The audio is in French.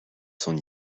son